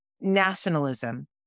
nationalism